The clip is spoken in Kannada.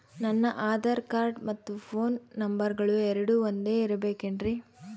ನನ್ನ ಆಧಾರ್ ಕಾರ್ಡ್ ಮತ್ತ ಪೋನ್ ನಂಬರಗಳು ಎರಡು ಒಂದೆ ಇರಬೇಕಿನ್ರಿ?